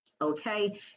Okay